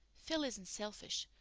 phil isn't selfish,